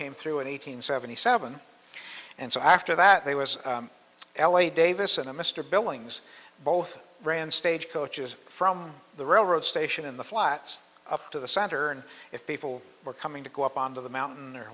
came through an eight hundred seventy seven and so after that there was l a davis and mr billings both ran stagecoaches from the railroad station in the flats up to the center and if people were coming to go up onto the mountain or